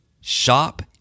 shop